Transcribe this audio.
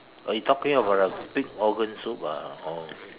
oh you talking about the pig organ soup ah oh